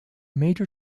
major